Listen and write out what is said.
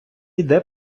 іде